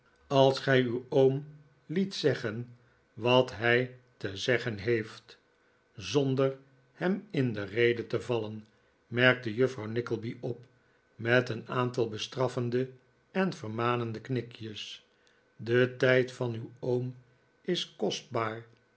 als gij uwoom liet zeggen wat voor kaatj e is gezorgd hij te zeggen heeft zonder hem in de rede te vallen merkte juffrouw nickleby op met een aantal bestraffende en vermanende knikjes de tijd van uw oom is kostbaar